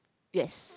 yes